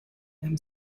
them